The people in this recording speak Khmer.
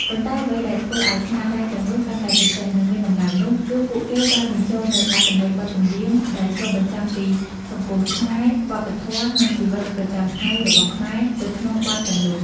ប៉ុន្តែអ្វីដែលធ្វើឲ្យស្នាដៃទាំងនោះកាន់តែពិសេស និងមានតម្លៃនោះ គឺពួកគេបានបញ្ចូលនូវ អត្ថន័យបទចម្រៀងដែលឆ្លុះបញ្ចាំងពីសង្គមខ្មែរ វប្បធម៌ និងជីវិតប្រចាំថ្ងៃរបស់ខ្មែរ ទៅក្នុងបទទាំងនោះ។